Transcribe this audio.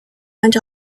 went